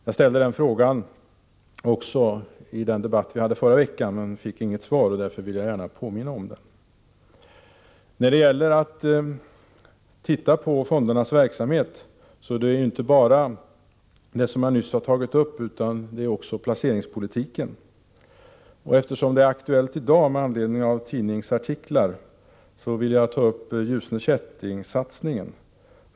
Jag ställde den frågan också i den debatt som vi förde förra veckan, men fick inget svar och vill därför nu påminna om den. Fondernas verksamhet berör inte bara det som jag nyss tagit upp. Eftersom Ljusne Kätting-satsningen i dag är aktuell med anledning av tidningsartiklar, vill jag också ta upp placeringspolitiken.